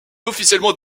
officiellement